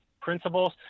principles